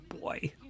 boy